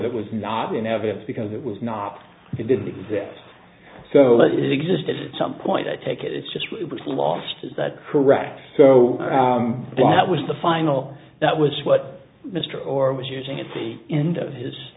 that was not in evidence because it was not it didn't exist so let it exist at some point i take it it's just lost is that correct so that was the final that was what mr or was using at the end of his